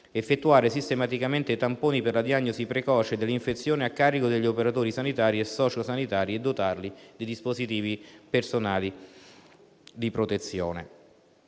effettuare sistematicamente tamponi per la diagnosi precoce dell'infezione a carico degli operatori sanitari e socio-sanitari e dotarli di dispositivi personali di protezione.